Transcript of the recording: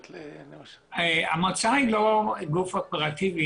המועצה היא לא גוף אופרטיבי.